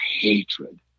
hatred